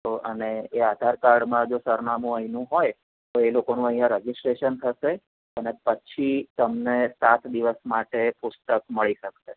તો અને આધાર કાર્ડમાં જો સરનામું અહીનું હોય તો એ લોકોનું અહીં રજિસ્ટરેસન થશે અને પછી તમને સાત દિવસ માટે પુસ્તક મળી શકશે